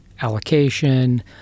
allocation